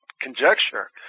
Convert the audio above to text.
conjecture